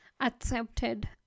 accepted